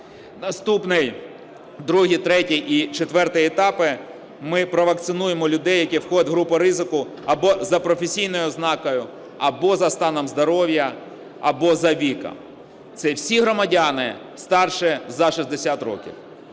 Наступний другий, третій і четвертий етапи. Ми провакцинуємо людей, які входять в групу ризику або за професійною ознакою, або за станом здоров'я, або за віком. Це всі громадяни старше за 60 років.